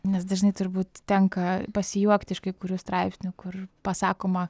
nes dažnai turbūt tenka pasijuokti iš kai kurių straipsnių kur pasakoma